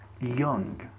young